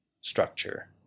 structure